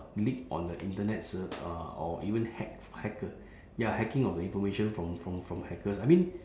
leak on the internet ser~ uh or even hack hacker ya hacking of the information from from from hackers I mean